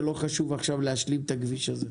לא חשוב עכשיו להשלים את הכביש הזה?